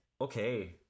Okay